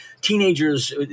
teenagers